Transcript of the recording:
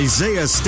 Isaiah